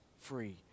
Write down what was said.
free